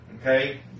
Okay